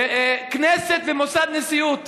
מי לא הוסיף כבוד?